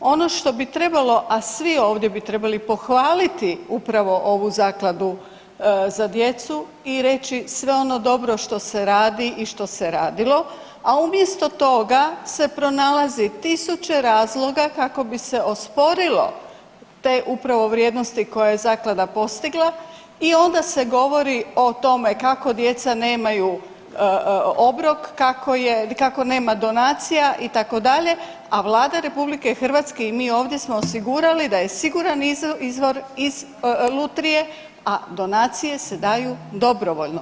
Ono što bi trebalo, a svi ovdje bi trebali pohvaliti upravo ovu zakladu za djecu i reći sve ono dobro što se radi i što se radilo, a umjesto toga se pronalazi tisuće razloga kako bi se osporilo te upravo vrijednosti koje je zaklada postigla i onda se govori o tome kako djeca nemaju obrok, kako je, kako nema donacija itd., a Vlada RH i mi ovdje smo osigurali da je siguran izvor iz lutrije, a donacije se daju dobrovoljno.